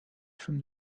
from